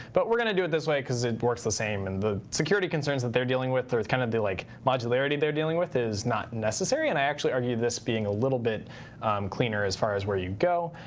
but we're going to do it this way, because it works the same, and the security concerns that they're dealing with or kind of the like modularity they're dealing with is not necessary. and i actually argue this being a little bit cleaner as far as where you go.